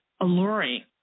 alluring